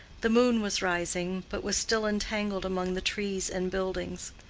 the moon was rising, but was still entangled among the trees and buildings.